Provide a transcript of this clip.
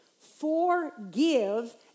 Forgive